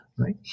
Right